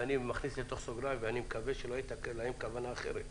ואני אכניס לתוך סוגריים אני מקווה שלא היתה להם כוונה אחרת.